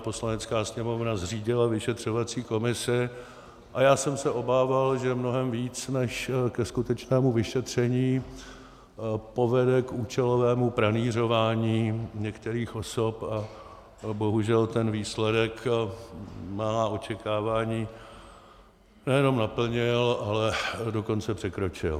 Poslanecká sněmovna zřídila vyšetřovací komisi a já jsem se obával, že mnohem více než ke skutečnému vyšetření povede k účelovému pranýřování některých osob, a bohužel ten výsledek má očekávání nejenom naplnil, ale dokonce překročil.